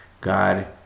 god